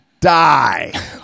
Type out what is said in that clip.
die